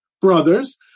brothers